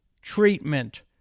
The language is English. treatment